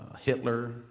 Hitler